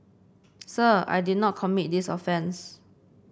sir I did not commit this offence